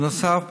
בנוסף,